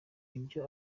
ibyo